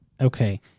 Okay